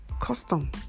custom